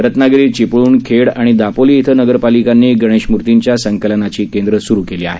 रत्नागिरी चिपळूण खेड आणि दापोली इथं नगरपालिकांनी गणेशमूर्तीच्या संकलनाची केंद्रं सुरू केली आहेत